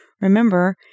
remember